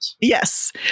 yes